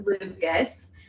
Lucas